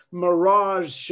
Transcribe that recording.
mirage